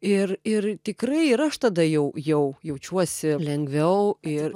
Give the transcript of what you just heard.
ir ir tikrai ir aš tada jau jau jaučiuosi lengviau ir